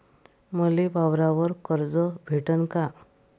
मले वावरावर कर्ज भेटन का?